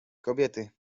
kobiety